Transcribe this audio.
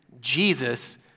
Jesus